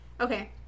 okay